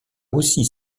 aussi